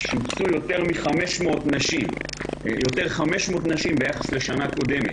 שובצו 500 נשים יותר ביחס לשנה הקודמת.